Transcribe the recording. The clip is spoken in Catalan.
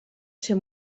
ser